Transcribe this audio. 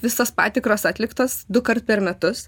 visos patikros atliktos dukart per metus